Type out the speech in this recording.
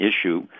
issue